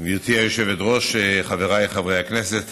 להודות לחברי הכנסת